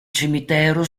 cimitero